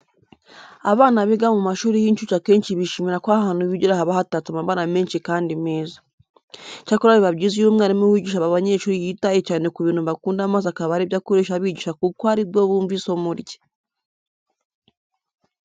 Abana biga mu mashuri y'incuke akenshi bishimira ko ahantu bigira haba hatatse amabara menshi kandi meza. Icyakora biba byiza iyo umwarimu wigisha aba banyeshuri yitaye cyane ku bintu bakunda maze akaba ari byo akoresha abigisha kuko ari bwo bumva isomo rye.